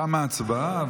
תמה ההצבעה.